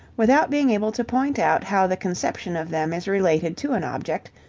without being able to point out how the conception of them is related to an object,